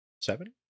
Seven